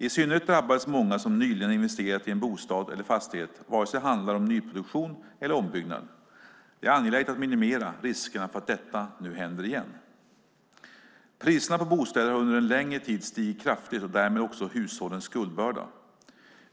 I synnerhet drabbades många som nyligen investerat i en bostad eller fastighet, vare sig det handlade om nyproduktion eller ombyggnad. Det är angeläget att minimera riskerna för att detta nu händer igen. Priserna på bostäder har under en längre tid stigit kraftigt och därmed också hushållens skuldbörda.